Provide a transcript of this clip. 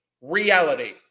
reality